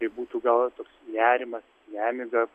tai būtų gal toks nerimas nemiga